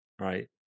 right